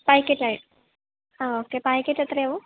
പാക്കറ്റായി ആ okay packet എത്രയാകും